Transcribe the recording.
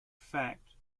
fact